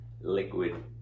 liquid